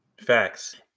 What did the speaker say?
Facts